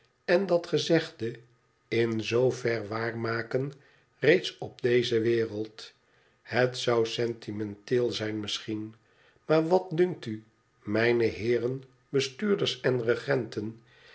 en dat gezegde in zoover waar maken reeds op deze wereld het zou sentimenteel zijn misschien maar wat dunkt u mijne heeren bestuurders en regenten